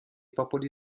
popoli